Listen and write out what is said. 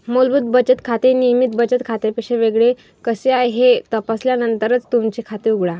मूलभूत बचत खाते नियमित बचत खात्यापेक्षा वेगळे कसे आहे हे तपासल्यानंतरच तुमचे खाते उघडा